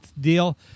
deal